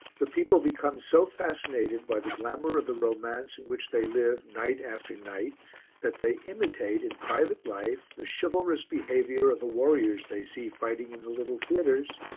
the people become so fascinated by the glamour of the romance in which they live night after night that they imitate in private life the chivalrous behaviour of the warriors they see fighting in the little theatres,